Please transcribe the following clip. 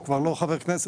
הוא כבר לא חבר כנסת.